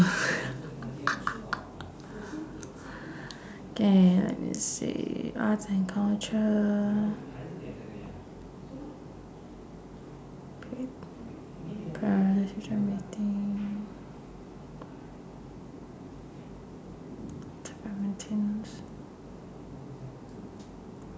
K let me see arts and culture maintenance